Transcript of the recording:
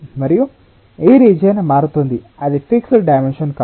మరియు ఈ రీజియన్ మారుతోంది అది ఫిక్స్డ్ డైమెన్షన్ కాదు